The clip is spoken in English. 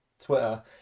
Twitter